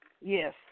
Yes